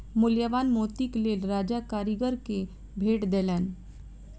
मूल्यवान मोतीक लेल राजा कारीगर के भेट देलैन